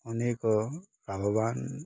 ଅନେକ ଲାଭବାନ